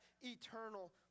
eternal